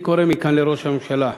אני קורא מכאן לראש הממשלה,